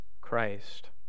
Christ